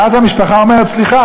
ואז המשפחה אומרת: סליחה,